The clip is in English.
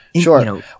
Sure